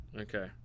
Okay